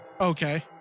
Okay